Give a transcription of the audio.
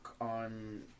on